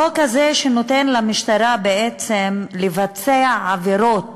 החוק הזה, שנותן למשטרה בעצם לבצע עבירות